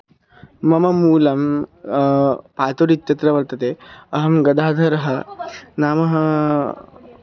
मम मूलं पातुर् इत्यत्र वर्तते अहं गदाधरः नाम